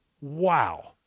wow